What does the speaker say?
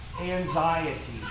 anxiety